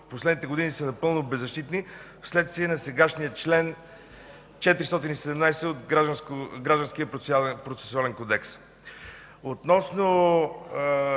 последните години са напълно беззащитни вследствие на сегашния чл. 417 от Гражданския процесуален кодекс. Относно